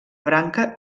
branca